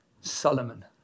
Solomon